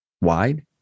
wide